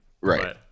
Right